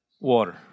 water